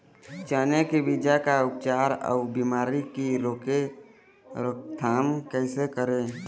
चने की बीज का उपचार अउ बीमारी की रोके रोकथाम कैसे करें?